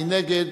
מי נגד,